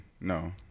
No